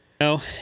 No